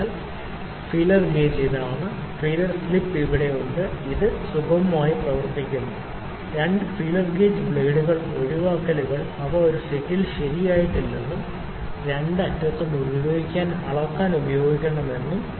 അതിനാൽ ടാപ്പർ ചെയ്ത feeler gauge ഇതാണ് അപ്പോൾ ഫീലർ സ്ട്രിപ്പ് ഇവിടെയുണ്ട് ഇത് സമാനമായി പ്രവർത്തിക്കുന്നു രണ്ട് ഫീലർ ഗേജ് ബ്ലേഡുകൾ ഒഴിവാക്കലുകൾ അവ ഒരു സെറ്റിൽ ശരിയാക്കിയിട്ടില്ലെന്നും രണ്ട് അറ്റവും അളക്കാൻ ഉപയോഗിക്കാമെന്നും ആണ്